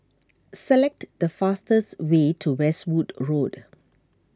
select the fastest way to Westwood Road